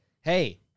hey